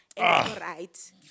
right